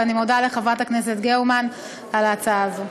ואני מודה לחברת הכנסת גרמן על ההצעה הזו.